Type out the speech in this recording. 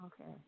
Okay